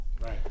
Right